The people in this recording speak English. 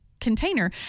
container